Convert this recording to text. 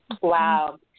Wow